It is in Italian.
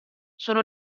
sono